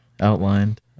outlined